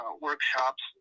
workshops